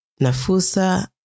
Nafusa